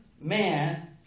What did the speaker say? man